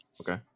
Okay